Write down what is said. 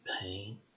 pain